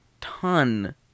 ton